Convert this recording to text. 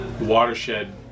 watershed